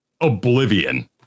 Oblivion